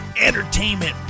entertainment